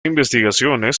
investigaciones